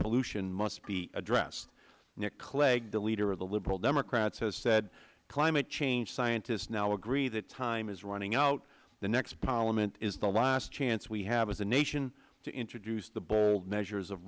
pollution must be addressed nick clegg the leader of the liberal democrats has said climate change scientists now agree that time is running out the next parliament is the last chance we have as a nation to introduce the bold measures of